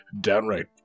downright